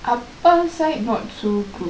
அப்பா:appa side not so close